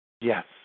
Yes